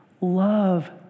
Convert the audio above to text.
love